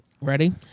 Ready